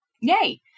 Yay